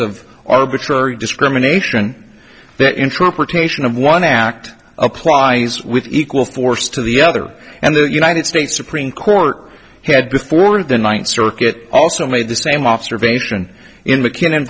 of arbitrary discrimination that intra protection of one act applies with equal force to the other and the united states supreme court had before the ninth circuit also made the same observation in mck